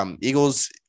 Eagles